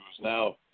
now